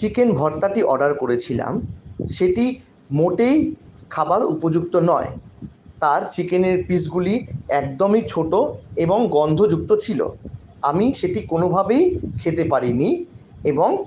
chicken ভর্তাটি order করেছিলাম সেটি মোটেই খাবার উপযুক্ত নয় তার চিকেনের পিসগুলি একদমই ছোটো এবং গন্ধযুক্ত ছিল আমি সেটি কোনভাবেই খেতে পারিনি এবং